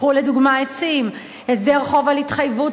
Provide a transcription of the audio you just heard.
קחו לדוגמה את "צים" הסדר חוב על התחייבות